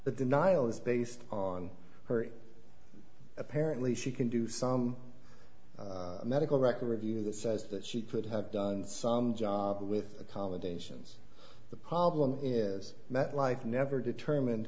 the denial is based on her apparently she can do some medical record review that says that she could have done some job with accommodations the problem is that like never determine